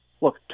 look